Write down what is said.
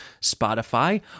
Spotify